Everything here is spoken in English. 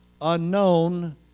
unknown